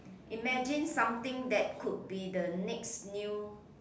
imagine something that could be the next new